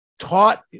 taught